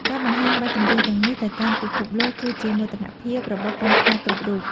ការបង្ហាញបទចម្រៀងទាំងនេះទៅកាន់ពិភពលោក គឺជាមោទនភាពរបស់កូនខ្មែរគ្រប់រូប។